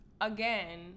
again